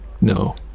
No